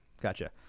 Gotcha